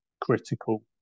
critical